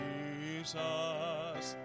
Jesus